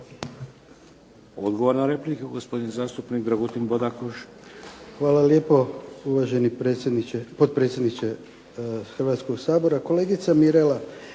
Odgovor na repliku, gospodin zastupnik Dragutin Bodakoš. **Bodakoš, Dragutin (SDP)** Hvala lijepo uvaženi potpredsjedniče Hrvatskog sabora. Kolegice Mirela,